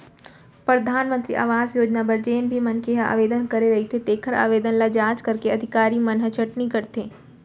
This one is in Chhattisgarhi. परधानमंतरी आवास योजना बर जेन भी मनखे ह आवेदन करे रहिथे तेखर आवेदन ल जांच करके अधिकारी मन ह छटनी करथे